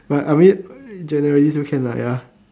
but I mean generally still can lah ya